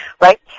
right